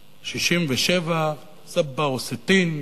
67' שישים-ושבע, "סבעה וסתין",